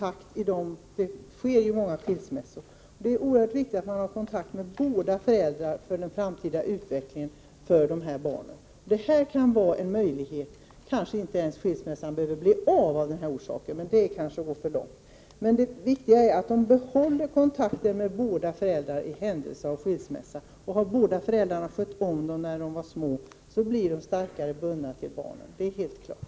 Det sker ju många skilsmässor. Det är oerhört viktigt för barnens framtida utveckling att de har kontakt med båda föräldrarna. Det här kan vara en möjlighet. Kanske skilsmässan av denna orsak inte ens behöver genomföras — men det är kanske att gå för långt. Men det viktiga är att barnen i händelse av skilsmässa behåller kontakten med båda föräldrarna. Har båda föräldrarna skött om barnen när de var små, blir föräldrarna starkare bundna till barnen — det är helt klart.